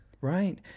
right